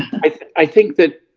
i think that